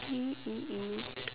P_E_E